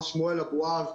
מר שמואל אבוהב,